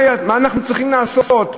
מה אנחנו צריכים לעשות?